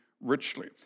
richly